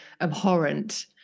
abhorrent